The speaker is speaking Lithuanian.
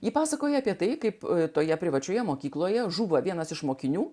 ji pasakoja apie tai kaip toje privačioje mokykloje žuvo vienas iš mokinių